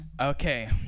Okay